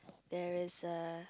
there is a